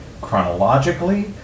chronologically